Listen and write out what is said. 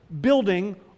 building